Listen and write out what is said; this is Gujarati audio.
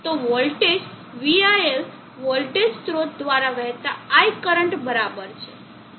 તો વોલ્ટેજ VIL વોલ્ટેજ સ્ત્રોત દ્વારા વહેતા I કરંટ બરાબર છે